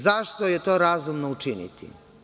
Zašto je to razumno učiniti?